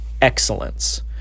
excellence